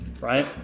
right